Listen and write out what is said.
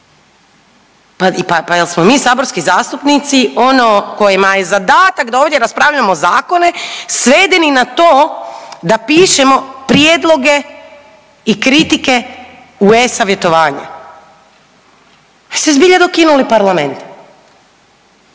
Pa jel smo mi saborski zastupnici ono kojima je zadatak da ovdje raspravljamo zakone svedeni na to da pišemo prijedloge i kritike u e-Savjetovanje. Vi ste zbilja dokinuli Parlament.